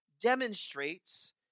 demonstrates